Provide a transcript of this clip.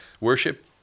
worship